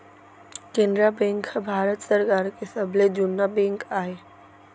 Canara bank ह भारत सरकार के सबले जुन्ना बेंक आय